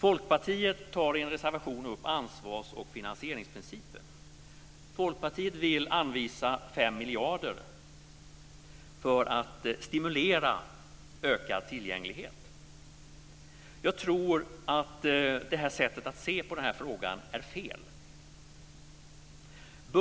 Folkpartiet tar i en reservation upp ansvars och finansieringsprincipen. Folkpartiet vill under anvisa 5 miljarder kronor för att stimulera ökad tillgänglighet. Jag tror att det sättet att se på denna fråga är felaktigt.